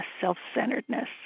self-centeredness